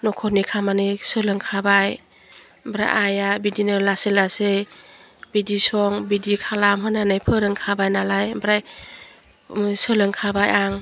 नखरनि खामानि सोलोंखाबाय आमफ्राइ आइया बिदिनो लासै लासै बिदि सं बिदि खालाम होनानै फोरोंखाबाय नालाय आमफ्राइ सोलोंखाबाय आं